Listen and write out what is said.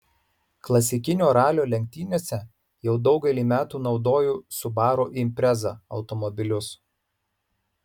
klasikinio ralio lenktynėse jau daugelį metų naudoju subaru impreza automobilius